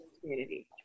community